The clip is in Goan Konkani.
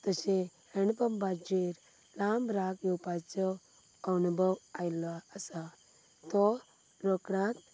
तशें हँडपंपाचेर लांब रांक येवपाचो अणभव आयल्लो आसा तो रोकडात